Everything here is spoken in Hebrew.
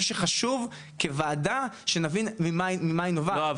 שחשוב כוועדה שנבין ממה היא נובעת --- לא,